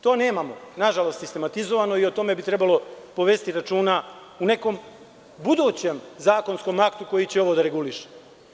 To nemamo, nažalost, sistematizovano i o tome bi trebalo povesti računa u nekom budućem zakonskom aktu koji će ovo da reguliše.